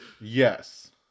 Yes